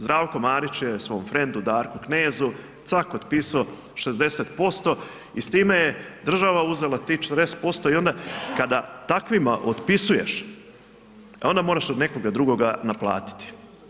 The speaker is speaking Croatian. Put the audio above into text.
Zdravko Marić je svom frendu Darku Knezu cak otpisao 60% i s time je država uzela tih 40% i onda kada takvima otpisuješ onda moraš od nekoga drugoga naplatiti.